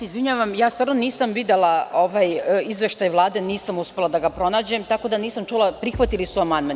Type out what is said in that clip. Izvinjavam se, stvarno nisam videla ovaj izveštaj Vlade, nisam uspela da ga pronađem, tako da nisam čula, prihvatili su amandman.